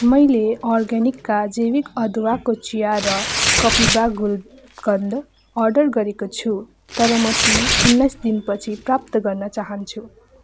मैले अर्ग्यानिकका जैविक अदुवाको चिया र कपिभा गुलकन्ड अर्डर गरेको छु तर म ती उन्नाइस दिनपछि प्राप्त गर्न चाहन्छु